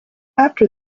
after